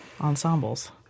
ensembles